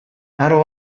aro